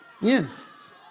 Yes